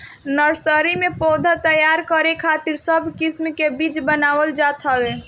nursery में पौधा तैयार करे खातिर सब किस्म के बीज बनावल जात हवे